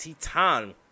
Titan